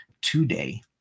today